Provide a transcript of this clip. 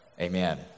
amen